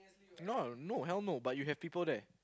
no no hell no but you have people there